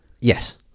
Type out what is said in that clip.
Yes